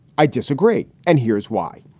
i disagree and here's why.